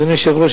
אדוני היושב-ראש,